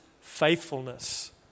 faithfulness